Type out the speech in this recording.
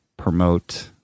promote